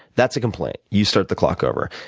that's a complaint. you start the clock over.